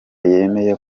yemeye